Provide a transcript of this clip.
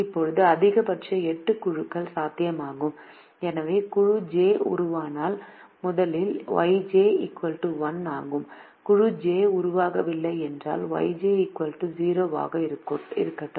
இப்போது அதிகபட்சம் 8 குழுக்கள் சாத்தியமாகும் எனவே குழு j உருவானால் முதலில் Yj 1 ஆகவும் குழு j உருவாகவில்லை என்றால் Yj 0 ஆகவும் இருக்கட்டும்